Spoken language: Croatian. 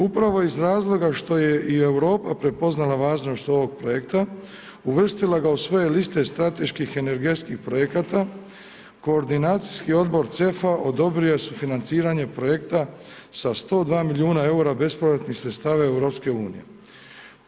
Upravo iz razloga što je i Europa prepoznala važnog ovog projekta, uvrstila ga u svoje liste strateških energetskih projekata, koordinacijski odbor CEF-a odobrio je sufinanciranje projekta sa 102 milijuna eura bespovratnih sredstava EU-a.